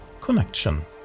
Connection